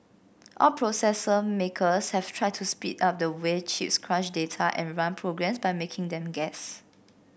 all processor makers have tried to speed up the way chips crunch data and run programs by making them guess